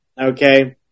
okay